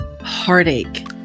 heartache